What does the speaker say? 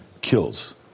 kills